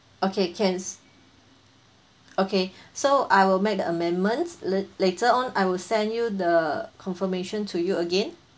okay can s~ okay so I will make the amendments l~ later on I will send you the confirmation to you again